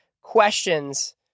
questions